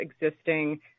existing